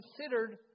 considered